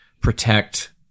protect